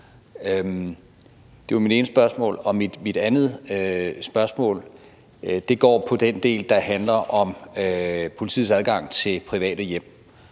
Det var mit ene spørgsmål. Mit andet spørgsmål går på den del, der handler om politiets adgang til private hjem.